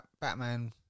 Batman